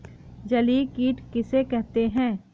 जलीय कीट किसे कहते हैं?